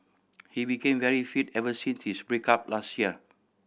he became very fit ever since his break up last year